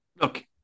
Look